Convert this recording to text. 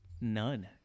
None